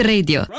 Radio